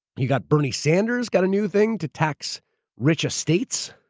you got bernie sanders got a new thing to tax rich estates.